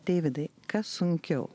deividai kas sunkiau